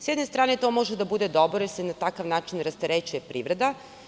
S jedne strane to može da bude dobro, jer se na takav način rasterećuje privreda.